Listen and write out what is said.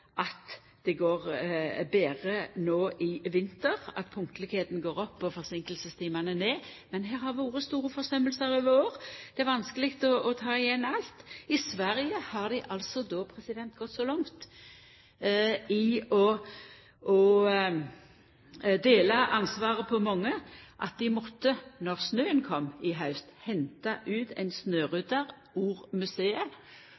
at det går betre no i vinter, at punktlegheita går opp og forseinkingstimane ned. Men det har vore store forsømmingar over år. Det er vanskeleg å ta igjen alt. I Sverige har dei gått så langt i å dela ansvaret på mange, at dei måtte – når snøen kom i haust – henta ut ein